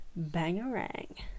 Bangarang